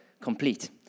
complete